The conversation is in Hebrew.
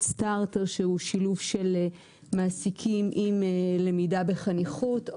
סטארטר שהוא שילוב של מעסיקים עם למידה בחניכות,